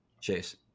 chase